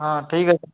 হ্যাঁ ঠিক আছে